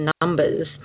numbers